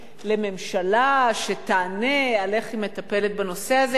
לממשלה שתענה על איך היא מטפלת בנושא הזה.